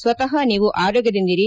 ಸ್ವತಃ ನೀವು ಆರೋಗ್ಯದಿಂದಿರಿ